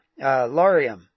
Laurium